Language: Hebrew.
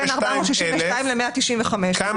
ההפרש שבין 462,000 ל-195,000